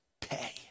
pay